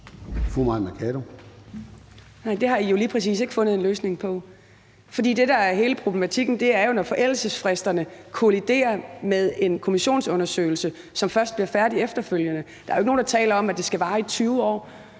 præcis ikke fundet en løsning på. For det, der er hele problematikken, er jo, når forældelsesfristerne kolliderer med en kommissionsundersøgelse, som først bliver færdig efterfølgende. Der er jo ikke nogen, der taler om, at det skal vare i 20 år.